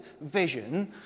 vision